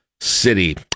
city